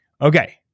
Okay